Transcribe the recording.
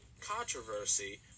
controversy